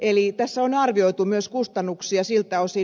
eli tässä on arvioitu myös kustannuksia siltä osin